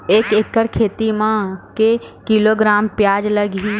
एक एकड़ खेती म के किलोग्राम प्याज लग ही?